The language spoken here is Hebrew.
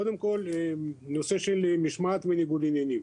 קודם כל הנושא של משמעת וניגוד עניינים.